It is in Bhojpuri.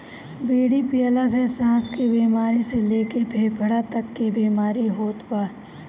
बीड़ी पियला से साँस के बेमारी से लेके फेफड़ा तक के बीमारी होत बा